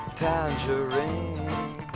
tangerine